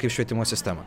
kaip švietimo sistemą